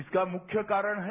इसका मुख्य कारण है